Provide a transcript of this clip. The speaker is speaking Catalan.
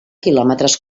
quilòmetres